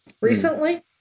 Recently